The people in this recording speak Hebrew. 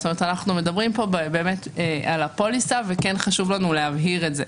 אנחנו מדברים פה על הפוליסה וחשוב לנו להבהיר את זה,